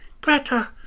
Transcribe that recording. Greta